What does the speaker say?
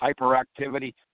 hyperactivity